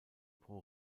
pro